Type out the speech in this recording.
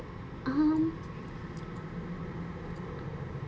um